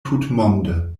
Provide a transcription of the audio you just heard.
tutmonde